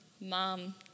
Mom